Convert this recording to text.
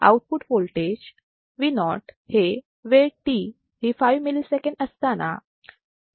output voltage Vo हे वेळ t ही 5 milliseconds असताना 10